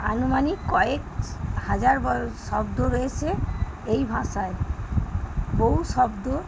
আনুমানিক কয়েক হাজার শব্দ রয়েছে এই ভাষায় বহু শব্দ